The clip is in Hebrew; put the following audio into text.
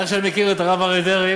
איך שאני מכיר את הרב אריה דרעי,